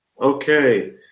Okay